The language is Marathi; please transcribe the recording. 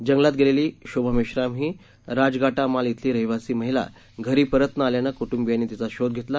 जंगलात गेलेली शोभा मेश्राम ही राजगाटा माल इथली रहिवासी महिला घरी परत न आल्यानं कूट्रंबीयांनी तिचा शोध घेतला